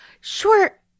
Sure